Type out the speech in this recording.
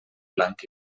blanc